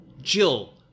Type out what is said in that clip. Jill